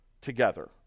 together